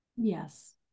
Yes